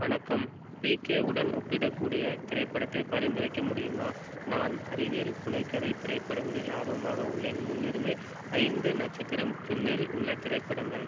வணக்கம் பி கே உடன் ஒப்பிடக்கூடிய திரைப்படத்தைப் பரிந்துரைக்க முடியுமா நான் அறிவியல் புனைகதை திரைப்படங்களில் ஆர்வமாக உள்ளேன் முன்னுரிமை ஐந்து நட்சத்திரம் க்கு மேல் உள்ள திரைப்படங்கள்